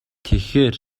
тэгэхээр